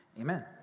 amen